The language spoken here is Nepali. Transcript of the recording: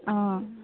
अँ